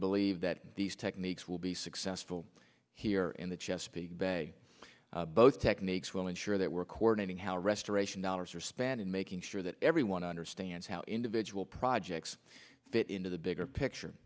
believe that these techniques will be successful here in the chesapeake bay both techniques will ensure that we're coordinating how restoration dollars are spent in making sure that everyone understands how individual projects fit into the bigger picture